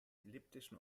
elliptischen